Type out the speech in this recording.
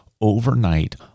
overnight